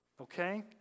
Okay